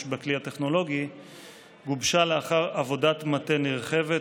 בכלי הטכנולוגי גובשה לאחר עבודת מטה נרחבת,